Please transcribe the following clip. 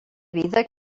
vida